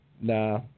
Nah